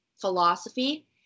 philosophy